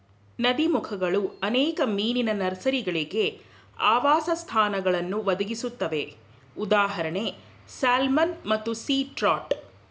ನದೀಮುಖಗಳು ಅನೇಕ ಮೀನಿನ ನರ್ಸರಿಗಳಿಗೆ ಆವಾಸಸ್ಥಾನಗಳನ್ನು ಒದಗಿಸುತ್ವೆ ಉದಾ ಸ್ಯಾಲ್ಮನ್ ಮತ್ತು ಸೀ ಟ್ರೌಟ್